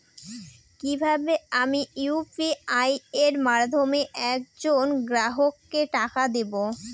কিভাবে আমি ইউ.পি.আই এর মাধ্যমে এক জন গ্রাহককে টাকা দেবো?